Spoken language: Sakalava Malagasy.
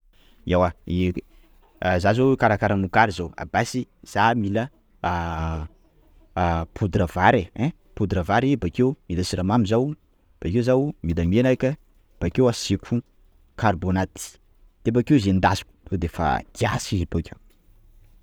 Ewa i- Za zao hikarakara mokary zao, basy za mil mila poudre vary e! ein! Poudre vary; mila siramamy zaho, bakeo zaho mila menaka, bakeo asiako carbonate, de bakeo izy endasiko tonga defa kiasy izy bakeo.